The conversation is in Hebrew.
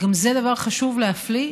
וגם זה דבר חשוב להפליא,